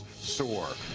soar.